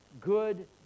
good